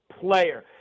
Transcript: player